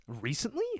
Recently